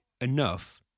Enough